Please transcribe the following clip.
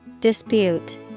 Dispute